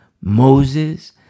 Moses